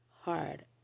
hard